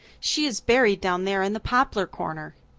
she is buried down there in the poplar corner.